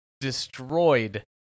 destroyed